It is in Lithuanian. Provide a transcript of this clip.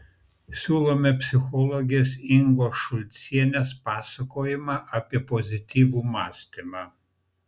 siūlome psichologės ingos šulcienės pasakojimą apie pozityvų mąstymą